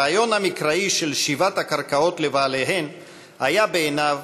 הרעיון המקראי של שיבת הקרקעות לבעליהן היה בעיניו